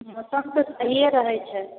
मौसम तऽ सहिए रहै छै